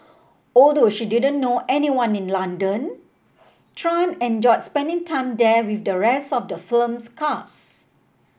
although she didn't know anyone in London Tran enjoyed spending time there with the rest of the film's cast